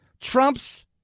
Trump's